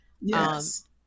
yes